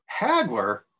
Hagler